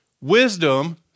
Wisdom